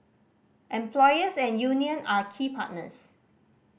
employers and union are key partners